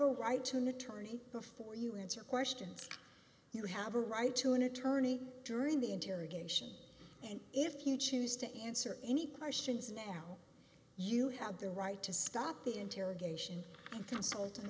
a right to maternity before you answer questions you have a right to an attorney during the interrogation and if you choose to answer any questions now you have the right to stop the interrogation